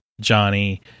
Johnny